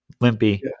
limpy